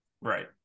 right